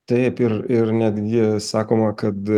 taip ir ir netgi sakoma kad